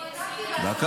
לא טקטית, אבל אסטרטגית.